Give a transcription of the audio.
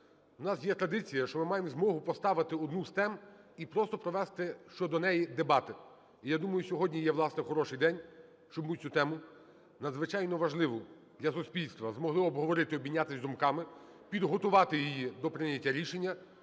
В нас є традиція, що ми маємо змогу поставити одну з тем і просто провести щодо неї дебати. І я думаю, сьогодні є, власне, хороший день, щоб ми цю тему, надзвичайно важливу для суспільства, змогли обговорити, обмінятися думками, підготувати її до прийняття рішення,